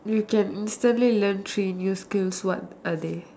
you can instantly learn three new skills what are they